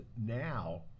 now